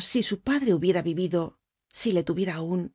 si su padre hubiera vivido si le tuviera aun